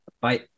Bye